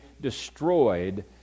destroyed